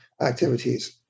activities